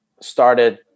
started